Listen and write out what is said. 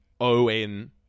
O-N